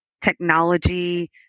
technology